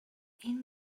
این